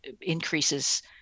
increases